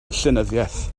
llenyddiaeth